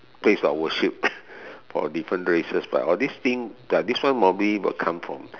place of worship for different races but all these thing like this one will normally come from